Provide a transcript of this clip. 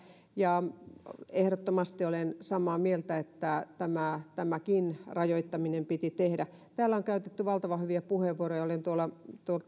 ja ehdottomasti olen samaa mieltä että tämäkin rajoittaminen piti tehdä täällä on käytetty valtavan hyviä puheenvuoroja olen tuolla